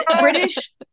british